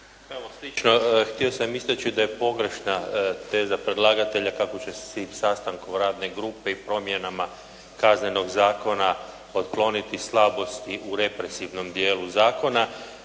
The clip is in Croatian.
Htio sam istaći da je pogrešna teza predlagatelja kako će se i sastankom radne grupe i promjenama Kaznenog zakona otkloniti slabosti u represivnom dijelu zakona